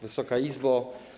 Wysoka Izbo!